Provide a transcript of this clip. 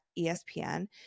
ESPN